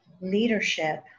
leadership